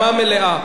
בצורה מפורשת.